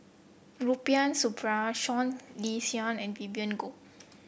Rubiah Suparman Seah Liang Seah and Vivien Goh